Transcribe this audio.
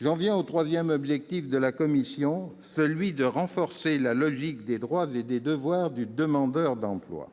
J'en viens au troisième objectif de la commission, qui est de renforcer la logique des droits et des devoirs du demandeur d'emploi.